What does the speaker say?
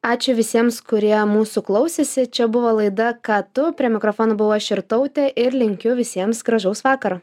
ačiū visiems kurie mūsų klausėsi čia buvo laida ką tu prie mikrofono buvau aš jurtautė ir linkiu visiems gražaus vakaro